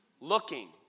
looking